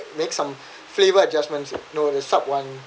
make some flavor adjustments you know there's someone